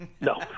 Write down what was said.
No